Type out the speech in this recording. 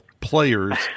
players